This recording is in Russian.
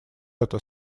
это